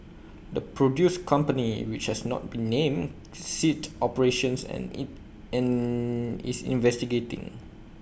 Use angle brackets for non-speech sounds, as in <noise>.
the produce company which has not been named ceased operations and IT <hesitation> and is investigating